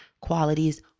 qualities